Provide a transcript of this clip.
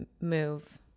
move